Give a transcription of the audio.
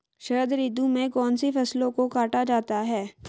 शरद ऋतु में कौन सी फसलों को काटा जाता है?